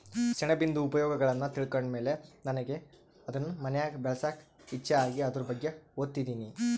ಸೆಣಬಿಂದು ಉಪಯೋಗಗುಳ್ನ ತಿಳ್ಕಂಡ್ ಮೇಲೆ ನನಿಗೆ ಅದುನ್ ಮನ್ಯಾಗ್ ಬೆಳ್ಸಾಕ ಇಚ್ಚೆ ಆಗಿ ಅದುರ್ ಬಗ್ಗೆ ಓದ್ತದಿನಿ